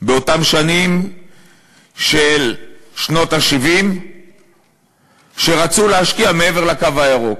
באותן שנים של שנות ה-70 כשרצו להשקיע מעבר לקו הירוק.